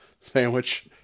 sandwich